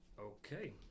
Okay